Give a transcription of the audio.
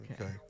Okay